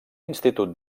institut